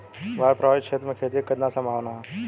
बाढ़ प्रभावित क्षेत्र में खेती क कितना सम्भावना हैं?